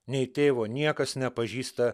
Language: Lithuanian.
nei tėvo niekas nepažįsta